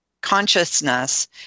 consciousness